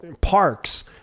parks